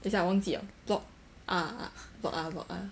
等一下我忘记 liao block ah block ah block ah